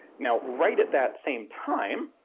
now right at that same time,